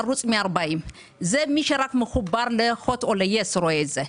ערוץ 140. זה רק מי שמחובר להוט או יס רואה את זה.